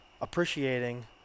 appreciating